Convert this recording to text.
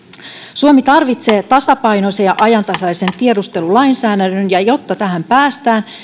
suomi tarvitsee tasapainoisen ja ajantasaisen tiedustelulainsäädännön ja jotta tähän päästään